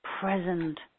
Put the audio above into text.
present